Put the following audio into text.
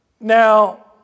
Now